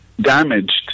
damaged